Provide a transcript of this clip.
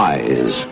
Eyes